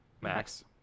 Max